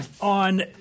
on –